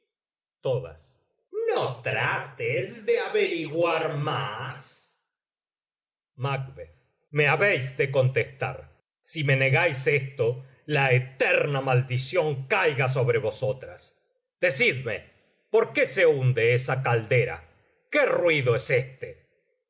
país no trates de averiguar más me habéis de contestar si me negáis esto la eterna maldición caiga sobre vosotras decidme por qué se hunde esa caldera qué ruido es este